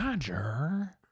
Roger